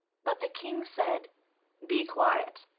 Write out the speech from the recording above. but the king said be quiet,